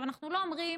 אנחנו לא אומרים: